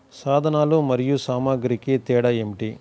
సాధనాలు మరియు సామాగ్రికి తేడా ఏమిటి?